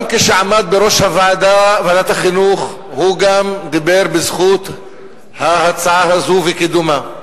גם כשעמד בראש ועדת החינוך הוא דיבר בזכות ההצעה הזאת וקידומה.